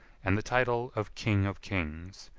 and the title of king of kings,